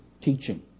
teaching